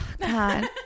God